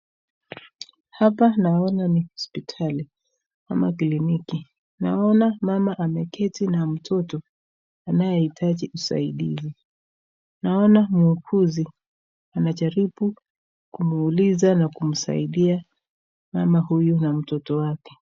Hapa naona ni hospitali ama kliniki naona mama ameketi na mtoto anayeitaji usaidizi naona mwuguzi anajaribu kumwuliza na kumsaidia mama huyu na mtoto wake.